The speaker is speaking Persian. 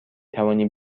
توانی